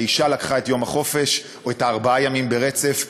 האישה לקחה את יום החופש או את ארבעת הימים ברצף,